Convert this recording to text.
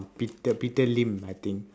peter peter lim I think